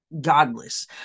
godless